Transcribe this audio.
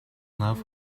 love